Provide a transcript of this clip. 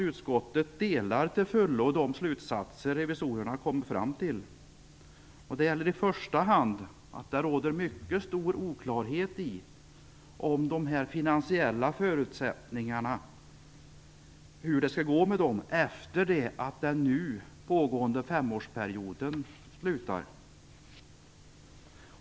Utskottet delar till fullo revisorernas slutsatser. Det gäller i första hand att det råder en mycket stor oklarhet om de finansiella förutsättningarna efter den nuvarande femårsperioden.